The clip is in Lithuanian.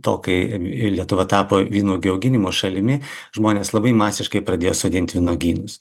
to kai lietuva tapo vynuogių auginimo šalimi žmonės labai masiškai pradėjo sodint vynuogynus